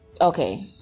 okay